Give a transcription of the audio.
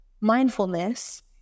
mindfulness